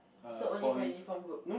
so only for uniform group